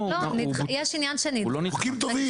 חוקים טובים.